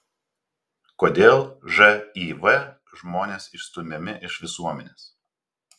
kodėl živ žmonės išstumiami iš visuomenės